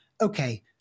okay